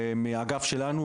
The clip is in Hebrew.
מהאגף שלנו,